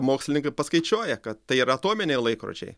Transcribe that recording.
mokslininkai paskaičiuoja kad tai yr atominiai laikrodžiai